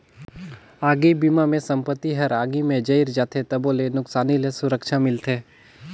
आगी बिमा मे संपत्ति हर आगी मे जईर जाथे तबो ले नुकसानी ले सुरक्छा मिलथे